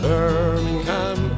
Birmingham